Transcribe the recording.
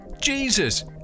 Jesus